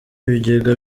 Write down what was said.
ibigega